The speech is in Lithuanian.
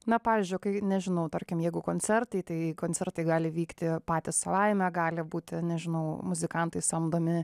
na pavyzdžiui kai nežinau tarkim jeigu koncertai tai koncertai gali vykti patys savaime gali būti nežinau muzikantai samdomi